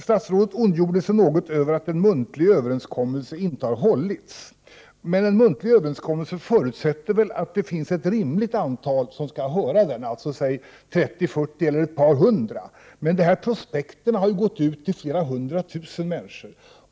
Statsrådet ondgjorde sig något över att en muntlig överenskommelse inte har hållits. Men en muntlig överenskommelse förutsätter väl att det finns ett rimligt antal som hör den, låt säga 30 — 40 eller ett par hundra personer. Men det här avsedda prospektet har ju gått ut till flera hundra tusen människor.